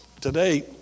Today